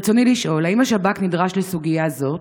רצוני לשאול: האם השב"כ נדרש לסוגיה זאת,